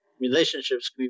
relationships